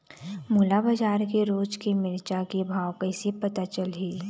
मोला बजार के रोज के मिरचा के भाव कइसे पता चलही?